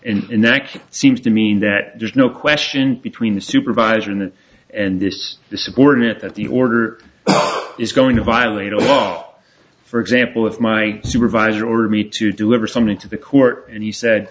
and and that seems to mean that there's no question between the supervisor and and this subordinate that the order is going to violate a law for example if my supervisor ordered me to deliver something to the court and he said